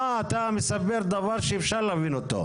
מה אתה מספר דבר שאפשר להבין אותו?